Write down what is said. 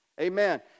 Amen